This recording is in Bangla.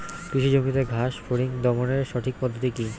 কৃষি জমিতে ঘাস ফরিঙ দমনের সঠিক পদ্ধতি কি?